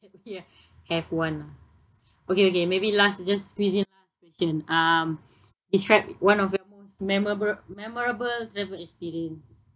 have one lah okay okay maybe last just squeeze in last question um describe one of your most memora~ memorable travel experience